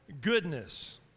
goodness